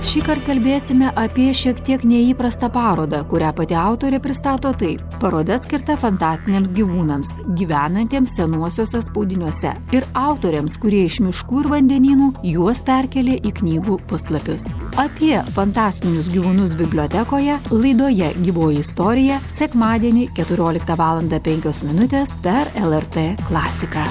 šįkart kalbėsime apie šiek tiek neįprastą parodą kurią pati autorė pristato taip paroda skirta fantastiniams gyvūnams gyvenantiems senuosiuose spaudiniuose ir autoriams kurie iš miškų ir vandenynų juos perkėlė į knygų puslapius apie fantastinius gyvūnus bibliotekoje laidoje gyvoji istorija sekmadienį keturioliktą valandą penkios minutės per lrt klasiką